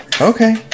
Okay